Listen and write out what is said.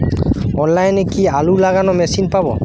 অনলাইনে কি আলু লাগানো মেশিন পাব?